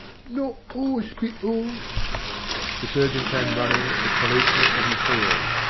not awspital. the surgeon came running, with policemen at his heels.